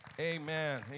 Amen